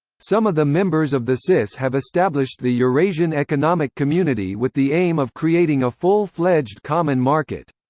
some of the members of the cis have established the eurasian economic community with the aim of creating a full-fledged common market.